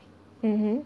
mmhmm